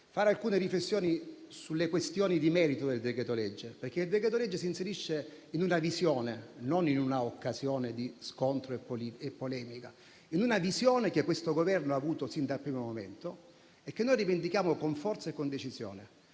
fare alcune riflessioni sulle questioni di merito del decreto-legge, il quale si inserisce non in un'occasione di scontro e di polemica, ma in una visione che questo Governo ha avuto sin dal primo momento e che noi rivendichiamo con forza e con decisione.